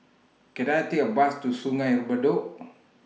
Can I Take A Bus to Sungei Bedok